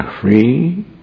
free